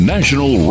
National